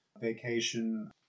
vacation